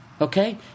okay